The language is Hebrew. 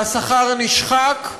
והשכר נשחק,